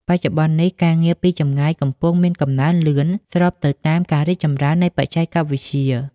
បច្ចុប្បន្ននេះ ការងារពីចម្ងាយកំពុងមាន កំណើនលឿន ស្របទៅតាមការរីកចម្រើននៃបច្ចេកវិទ្យា។